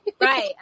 Right